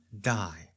die